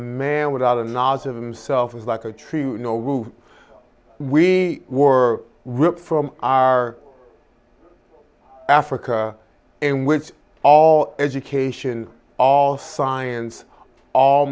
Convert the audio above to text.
man without a knowledge of himself is like a tree no womb we were ripped from our africa and which all education all science all